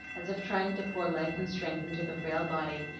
as if trying to pour life and strength into the frail body,